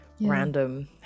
random